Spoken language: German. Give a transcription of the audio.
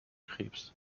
krebs